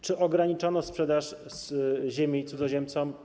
Czy ograniczono sprzedaż ziemi cudzoziemcom?